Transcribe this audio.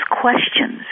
questions